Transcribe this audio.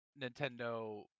Nintendo